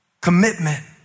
commitment